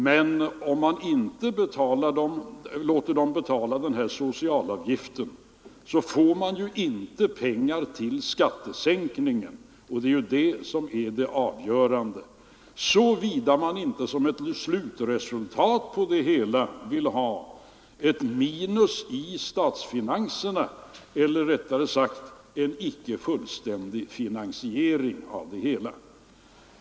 Men om man inte låter företagen betala den här socialavgiften får man ju inte pengar till skattesänkningen, och det är detta som är det avgörande, såvida man inte som slutresultat vill ha ett minus i statsfinanserna eller rättare sagt en icke fullständig finansiering av det hela.